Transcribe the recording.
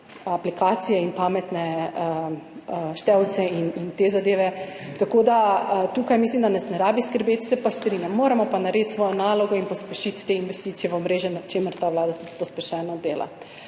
aplikacije in pametne števce in te zadeve. Mislim, da nas tukaj ne rabi skrbeti. Se pa strinjam, moramo pa narediti svojo nalogo in pospešiti te investicije v omrežje, na čemer ta vlada tudi pospešeno dela.